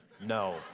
No